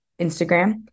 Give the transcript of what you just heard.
Instagram